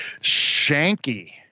Shanky